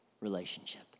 relationship